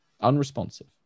unresponsive